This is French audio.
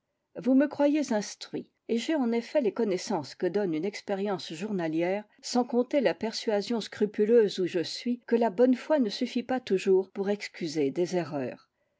vous me croyez instruit et j'ai en effet les connaissances que donne une expérience journalière sans compter la persuasion scrupuleuse où je suis que la bonne foi ne suffit pas toujours pour excuser des erreurs